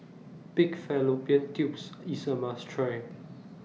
Pig Fallopian Tubes IS A must Try